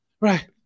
right